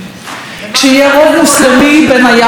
כשיהיה רוב מוסלמי בין הים לירדן.